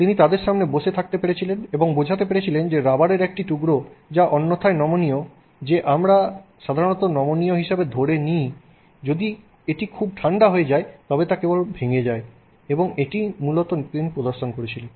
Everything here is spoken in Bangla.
তিনি তাদের সামনে বসে থাকতে পেরেছিলেন এবং বোঝাতে পেরেছিলেন যে রাবারের একটি টুকরা যা অন্যথায় নমনীয় যে আমরা সাধারণত নমনীয় হিসাবে ধরে নিই যদি এটি খুব ঠান্ডা হয়ে যায় তবে তা কেবল ভেঙে যায় এবং এটিই মূলত তিনি প্রদর্শন করেছিলেন